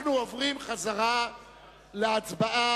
אנחנו עוברים חזרה להצבעה.